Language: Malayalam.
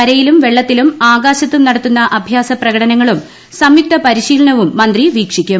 കരയിലും വെള്ളത്തിലും ആകാശത്തും നടത്തുന്ന അഭ്യാസ പ്രകടനങ്ങളും സംയുക്ത പരിശീലനവും മന്ത്രി വീക്ഷിക്കും